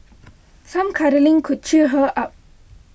some cuddling could cheer her up